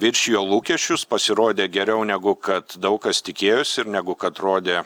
viršijo lūkesčius pasirodė geriau negu kad daug kas tikėjosi ir negu kad rodė